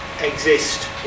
exist